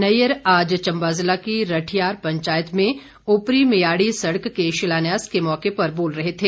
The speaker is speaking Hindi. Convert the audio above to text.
नैयर आज चम्बा जिला की रठियार पंचायत में उपरी मियाड़ी सड़क के शिलान्यास के मौके पर बोल रहे थे